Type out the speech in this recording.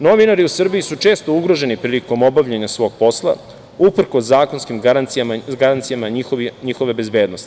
Novinari u Srbiji su često ugroženi prilikom obavljanja svog posla, uprkos zakonskim garancijama njihove bezbednosti.